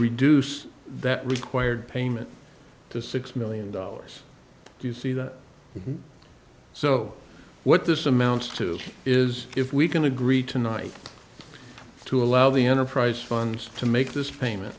reduce that required payment to six million dollars you see that so what this amounts to is if we can agree tonight to allow the enterprise funds to make this